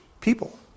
people